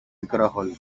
πικρόχολη